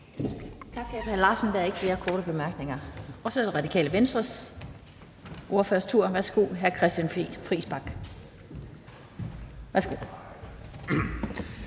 hr. Per Larsen. Der er ikke flere korte bemærkninger. Så er det Radikale Venstres ordførers tur. Værsgo, hr. Christian Friis Bach.